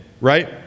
right